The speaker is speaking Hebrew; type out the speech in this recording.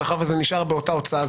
מאחר וזה נשאר באותה הוצאה,